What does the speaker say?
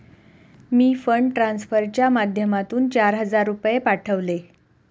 मी fund ट्रान्सफरच्या माध्यमातून चार हजार रुपये पाठवले